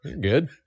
Good